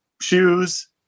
shoes